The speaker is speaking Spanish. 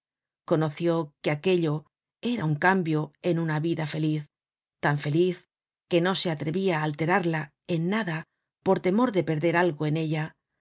conoció que aquello era un cambio en una vida feliz tan feliz que no se atrevia á alterarla en nada por temor de perder algo en ella